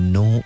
no